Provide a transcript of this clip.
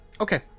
Okay